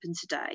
today